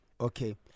Okay